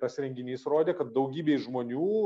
tas renginys rodė kad daugybei žmonių